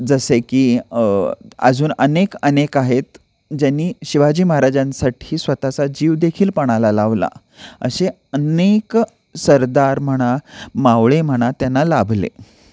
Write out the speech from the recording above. जसे की अजून अनेक अनेक आहेत ज्यांनी शिवाजी महाराजांसाठी स्वतःचा जीवदेखील पणाला लावला असे अनेक सरदार म्हणा मावळे म्हणा त्यांना लाभले